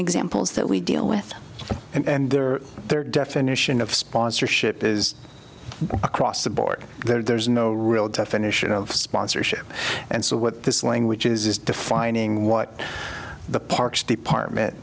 examples that we deal with and there their definition of sponsorship is across the board there's no real definition of sponsorship and so what this language is is defining what the parks department